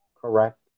correct